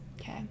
Okay